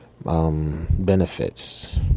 Benefits